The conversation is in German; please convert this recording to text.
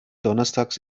donnerstags